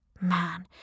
Man